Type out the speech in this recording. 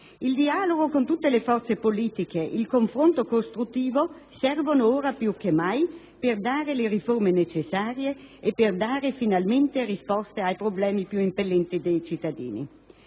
Il dialogo con tutte le forze politiche, il confronto costruttivo servono ora più che mai per fare le riforme necessarie e per dare finalmente risposte ai problemi più impellenti dei cittadini.